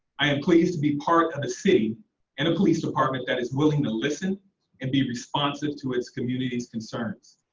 i am pleased to be part of a city and a police department that is willing to listen and be responsive to its community's concerns.